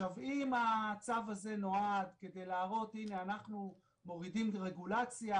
אם הצו הזה נועד על מנת להראות הנה אנחנו מורידים את הרגולציה,